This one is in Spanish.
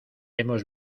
hemos